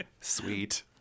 Sweet